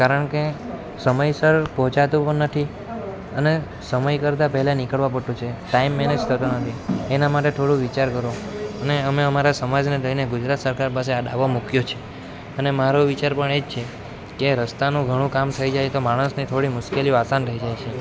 કારણ કે સમયસર પહોંચાતું પણ નથી અને સમય કરતા પહેલાં નીકળવું પડતું છે ટાઈમ મેનેજ થતાં નથી એના માટે થોડું વિચાર કરો અને અમે અમારા સમાજને લઈને ગુજરાત સરકાર પાસે આ દાવો મૂક્યો છે અને મારો વિચાર પણ એ જ છે કે રસ્તાનું ઘણું કામ થઈ જાય તો માણસને થોડી મુશ્કેલીઓ આસાન થઈ જાય છે